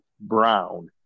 brown